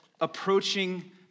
approaching